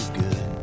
good